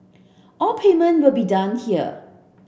all payment will be done here